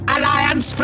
Alliance